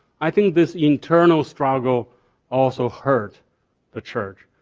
i think this internal struggle also hurt the church.